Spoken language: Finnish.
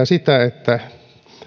sitä että